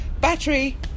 battery